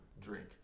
drink